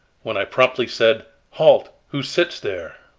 when i promptly said halt, who sits there.